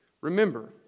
remember